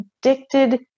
addicted